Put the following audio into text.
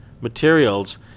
materials